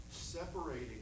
separating